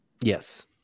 Yes